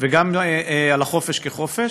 וגם על החופש כחופש.